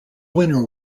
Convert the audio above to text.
winner